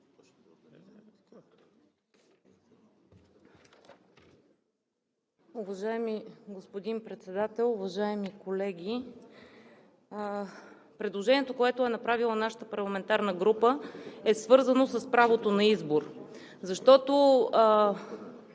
Уважаеми господин Председател, уважаеми колеги! Предложението, което е направила нашата парламентарна група, е свързано с правото на избор, защото